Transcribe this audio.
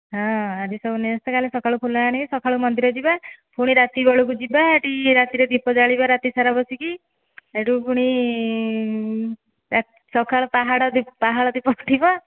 ହଁ ଆଜି ସବୁ ନେଇଆସିଥିବା କାଲି ସକାଳୁ ଫୁଲ ଆଣି ସକାଳୁ ମନ୍ଦିର ଯିବା ପୁଣି ରାତି ବେଳକୁ ଯିବା ସେଇଠି ରାତିରେ ଦୀପ ଜାଳିବା ରାତିସାରା ବସିକି ସେଇଠୁ ପୁଣି ସକାଳ ପାହାଡ଼ ଦୀପ ପାହାଳ ଦୀପ ଉଠିବ